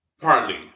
Partly